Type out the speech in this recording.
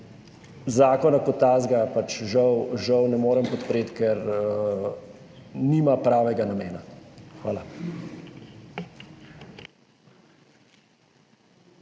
Zakona kot takega žal ne morem podpreti, ker nima pravega namena. Hvala.